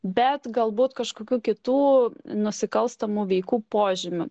bet galbūt kažkokių kitų nusikalstamų veikų požymių